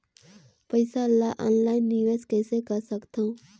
पईसा ल ऑनलाइन निवेश कइसे कर सकथव?